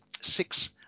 six